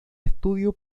estudio